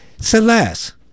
Celeste